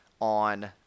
on